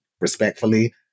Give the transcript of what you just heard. respectfully